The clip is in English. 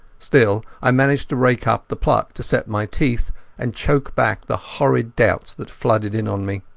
still i managed to rake up the pluck to set my teeth and choke back the horrid doubts that flooded in on me.